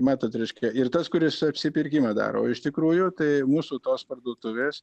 matot reiškia ir tas kuris apsipirkimą daro o iš tikrųjų tai mūsų tos parduotuvės